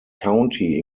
county